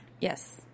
Yes